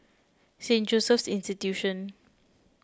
Saint Joseph's Institution